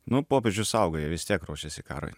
nu popiežių saugo jie vis tiek ruošiasi karui